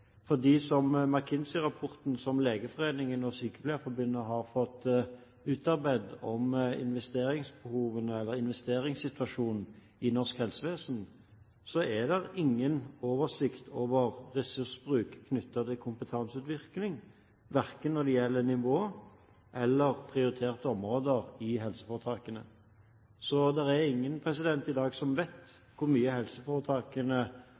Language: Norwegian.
Som McKinsey-rapporten som Legeforeningen og Sykepleierforbundet har fått utarbeidet om investeringssituasjonen i norsk helsevesen, viser, er det ingen oversikt over ressursbruk knyttet til kompetanseutvikling verken når det gjelder nivå eller prioriterte områder i helseforetakene. Det er ingen i dag som vet hvor mye helseforetakene